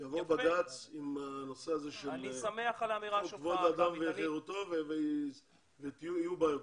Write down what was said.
יבוא בג"ץ עם הנושא הזה של כבוד האדם וחירותו ויהיו בעיות.